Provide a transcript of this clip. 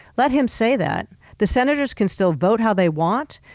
let him say that. the senators can still vote how they want,